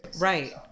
Right